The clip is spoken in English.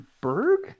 Berg